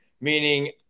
Meaning